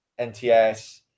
nts